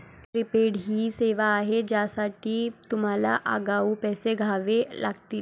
prepaid ही सेवा आहे ज्यासाठी तुम्हाला आगाऊ पैसे द्यावे लागतील